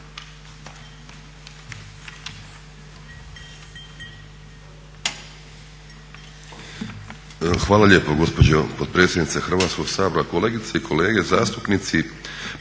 Hvala lijepo gospođo potpredsjednice Hrvatskog sabora. Kolegice i kolege zastupnici.